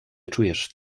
czujesz